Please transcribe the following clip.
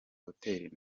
hotel